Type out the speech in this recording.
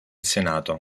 senato